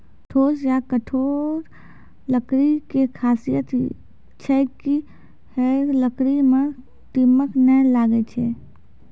ठोस या कठोर लकड़ी के खासियत छै कि है लकड़ी मॅ दीमक नाय लागैय छै